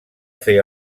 fer